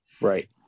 Right